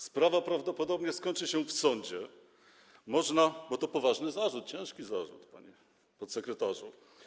Sprawa prawdopodobnie skończy się w sądzie, bo to poważny zarzut, ciężki zarzut, panie podsekretarzu.